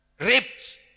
Raped